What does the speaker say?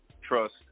trust